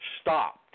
stopped